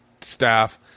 staff